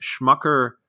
Schmucker